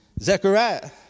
Zechariah